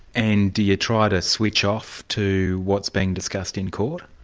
and do you try to switch off to what's being discussed in court?